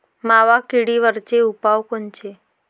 मावा किडीवरचे उपाव कोनचे?